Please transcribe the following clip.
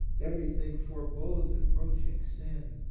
everything forebodes approaching sin.